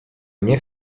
nie